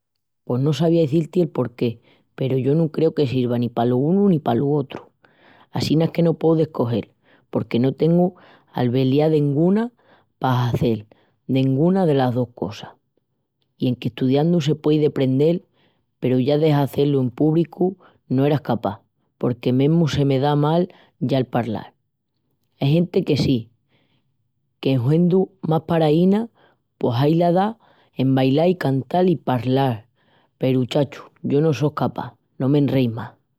Pos no sabía izil-ti el porqué peru yo no creu que sirva ni palo unu ni palo otru. Assina es que no pueu descogel, porque no tengu albeliá denguna pa hazel denguna delas dos cosas. I enque estudiandu se puei deprendel peru ya de hazé-lu en púbricu no era escapás porque mesmu se me da mal ya el palral. Ai genti que sí, que en huendu más paraína, pos ahila i da en bailal i cantal i palral peru, chacho, yo no só escapás, no m'enreis más!